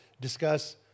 discuss